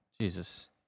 jesus